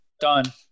done